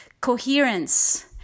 coherence